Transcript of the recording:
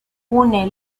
une